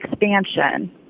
expansion